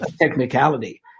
technicality